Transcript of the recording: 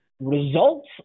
results